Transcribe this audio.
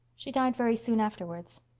she died very soon afterwards.